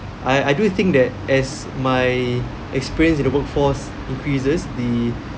I I do think that as my experience in the workforce increases the